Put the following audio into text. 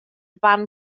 fan